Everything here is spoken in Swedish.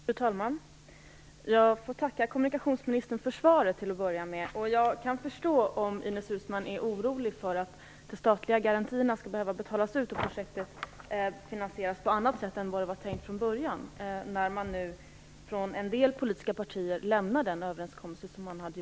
Fru talman! Jag får till att börja med tacka kommunikationsministern för svaret. Jag kan förstå om Ines Uusmann är orolig för att de statliga garantierna skall behöva betalas ut och projektet finansieras på annat sätt än vad det var tänkt från början, när nu en del politiska partier lämnar den överenskommelse som träffats.